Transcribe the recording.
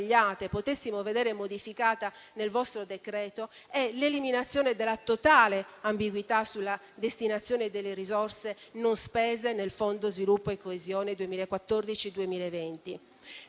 potessimo vedere modificata nel vostro decreto-legge, quella è l'eliminazione della totale ambiguità sulla destinazione delle risorse non spese del Fondo sviluppo e coesione 2014-2020.